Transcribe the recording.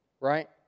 Right